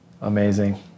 Amazing